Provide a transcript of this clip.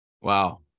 Wow